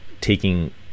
taking